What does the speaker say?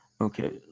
Okay